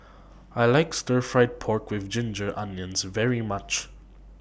I like Stir Fried Pork with Ginger Onions very much